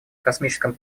космическом